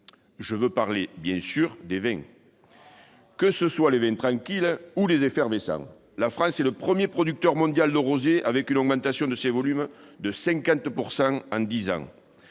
Je veux bien sûr parler des vins, qu'il s'agisse des vins tranquilles ou des effervescents ! La France est le premier producteur mondial de rosé, avec une augmentation de ses volumes de 50 % en dix ans.